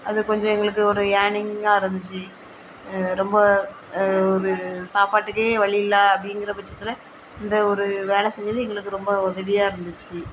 அது கொஞ்சம் எங்களுக்கு ஒரு ஏர்னிங்காக இருந்துச்சு ரொம்ப ஒரு சாப்பாட்டுக்கே வழி இல்லை அப்படிங்கிற பட்சத்தில் இந்த ஒரு வேலை செஞ்சது எங்களுக்கு ரொம்ப உதவியாக இருந்துச்சு